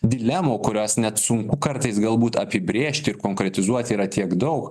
dilemų kurios net sunku kartais galbūt apibrėžti ir konkretizuoti yra tiek daug